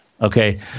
Okay